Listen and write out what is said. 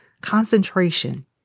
concentration